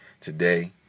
today